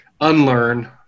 unlearn